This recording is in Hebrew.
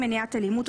מניעת אלימות,